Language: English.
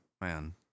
man